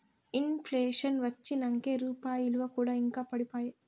in ప్లేషన్ వచ్చినంకే రూపాయి ఇలువ కూడా ఇంకా పడిపాయే